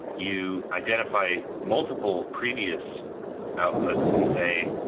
you identify multiple previous outputs and say,